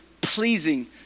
pleasing